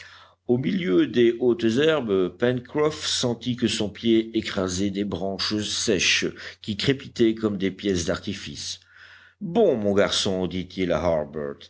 au milieu des hautes herbes pencroff sentit que son pied écrasait des branches sèches qui crépitaient comme des pièces d'artifice bon mon garçon dit-il